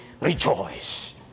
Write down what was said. rejoice